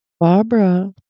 Barbara